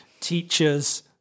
teachers